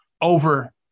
over